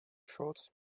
shorts